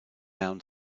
down